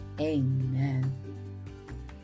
Amen